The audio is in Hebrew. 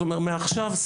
אז הוא אמר מעכשיו שרה,